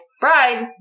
bride